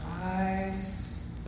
eyes